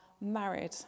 married